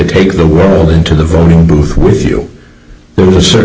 take the world into the voting booth with you there are certain